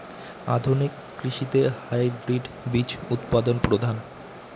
আধুনিক কৃষিতে হাইব্রিড বীজ উৎপাদন প্রধান